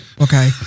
okay